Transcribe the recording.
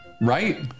Right